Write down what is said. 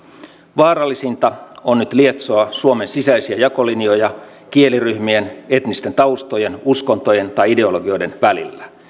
vaarallisinta on nyt lietsoa suomen sisäisiä jakolinjoja kieliryhmien etnisten taustojen uskontojen tai ideologioiden välillä